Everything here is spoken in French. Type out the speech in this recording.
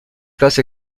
place